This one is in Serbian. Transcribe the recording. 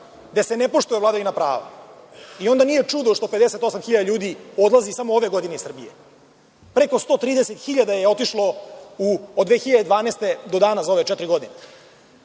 gde se ne poštuje vladavina prava. Onda nije čudo što 58 hiljada ljudi odlazi samo ove godine iz Srbije. Preko 130 hiljada je otišlo od 2012. do danas, za ove četiri godine. Dakle,